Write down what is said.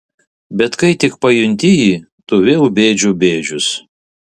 bet kai tik pajunti jį tu vėl bėdžių bėdžius